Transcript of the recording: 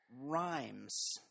rhymes